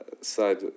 side